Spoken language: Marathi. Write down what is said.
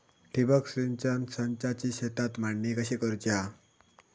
ठिबक सिंचन संचाची शेतात मांडणी कशी करुची हा?